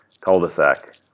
cul-de-sac